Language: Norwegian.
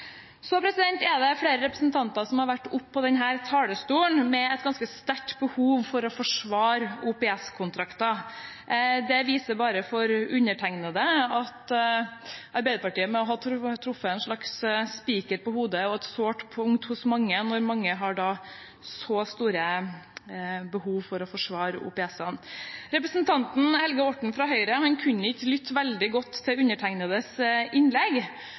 Så er det flere representanter som har vært oppe på denne talerstolen med et ganske sterkt behov for å forsvare OPS-kontrakter. Det viser bare for meg at Arbeiderpartiet må ha truffet en slags spiker på hodet og et sårt punkt hos mange, når mange har så stort behov for å forsvare OPS-ene. Representanten Helge Orten fra Høyre kan ikke ha lyttet veldig godt til mitt innlegg.